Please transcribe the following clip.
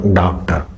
doctor